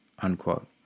Unquote